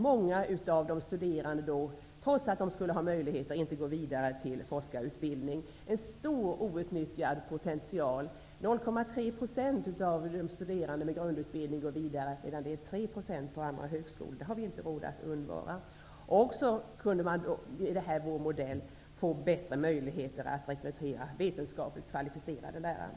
Många av de studerande som egentligen skulle ha möjlighet att gå vidare till forskarutbildning utgör en stor outnyttjad potential. Vid dessa högskolor är det 0,3 % av de studerande med grundutbildning som går vidare, medan det är 3 % på andra högskolor. Det har vi inte råd att undvara. Med vår modell får man också bättre möjligheter att rekrytera vetenskapligt kvalificerade lärare.